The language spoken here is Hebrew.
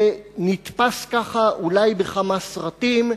זה נתפס כך אולי בכמה סרטים,